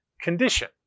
condition